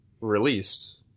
released